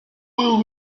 will